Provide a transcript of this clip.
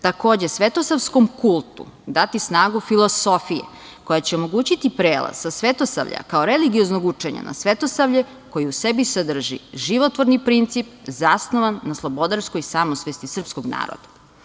Takođe, Svetosavskom kultu dati snagu filosofije koja će omogućiti prelaz sa Svetosavlja kao religioznog učenja na Svetosavlje koje u sebi sadrži životvorni princip zasnovan na slobodarskoj samosvesti srpskog naroda.